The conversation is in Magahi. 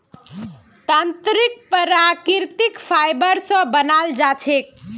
तंत्रीक प्राकृतिक फाइबर स बनाल जा छेक